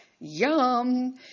Yum